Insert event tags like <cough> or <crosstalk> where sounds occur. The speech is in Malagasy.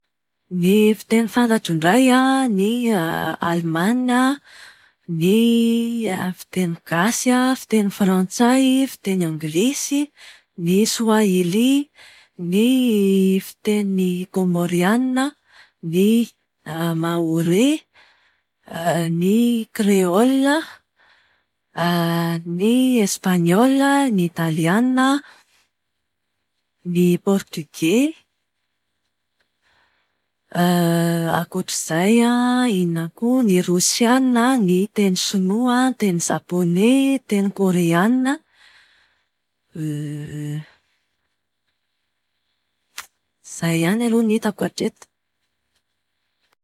Ny fiteny fantatro indray an, ny <hesitation> alemana, ny fiteny gasy a, fiteny frantsay, fiteny anglisy. Ny soahily, ny <hesitation> fiteny komorianina, ny <hesitation> maore, <hesitation> ny kreolina, <hesitation> ny espaniola, ny italiana, ny portoge. <hesitation> Ankoatr'izay an, inona koa? Ny rosiana, ny teny sinoa, teny zapone, teny koreana. <hesitation> Izany ihany aloha no hitako hatreto.